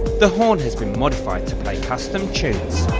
the horn has been modified to play custom tunes.